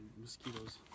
mosquitoes